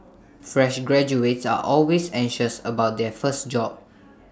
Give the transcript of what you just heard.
fresh graduates are always anxious about their first job